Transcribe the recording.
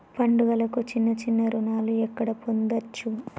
పండుగలకు చిన్న చిన్న రుణాలు ఎక్కడ పొందచ్చు?